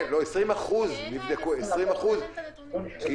כן, 20%. אין את הנתונים.